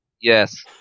Yes